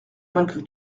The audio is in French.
malgré